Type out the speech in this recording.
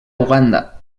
uganda